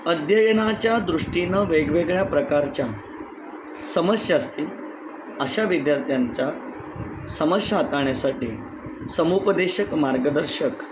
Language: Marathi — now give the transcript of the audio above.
अध्ययनाच्या दृष्टीनं वेगवेगळ्या प्रकारच्या समस्या असतील अशा विद्यार्थ्यांच्या समस्या हाताळण्यासाठी समुपदेशक मार्गदर्शक